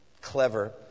clever